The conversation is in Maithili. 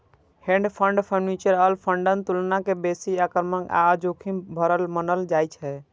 हेज फंड म्यूचुअल फंडक तुलना मे बेसी आक्रामक आ जोखिम भरल मानल जाइ छै